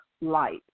light